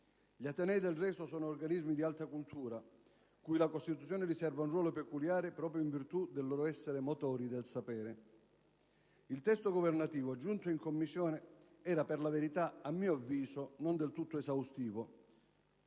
Gli atenei, del resto, sono organismi di alta cultura, cui la Costituzione riserva un ruolo peculiare proprio in virtù del loro essere motori del sapere. Il testo governativo giunto in Commissione era, per la verità, a mio avviso, non del tutto esaustivo